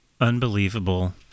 unbelievable